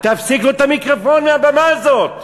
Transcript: תפסיק את המיקרופון לבמה הזאת.